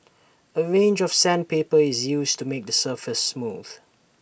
A range of sandpaper is used to make the surface smooth